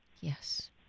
Yes